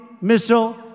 missile